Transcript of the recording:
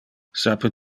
sape